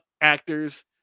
actors